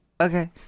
okay